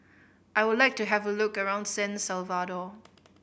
I would like to have a look around San Salvador